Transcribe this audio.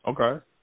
Okay